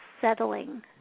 settling